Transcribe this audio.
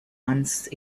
once